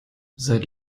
seit